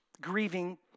grieving